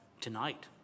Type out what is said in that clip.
tonight